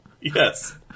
yes